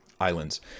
islands